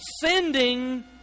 sending